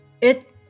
it-